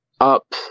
up